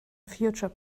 future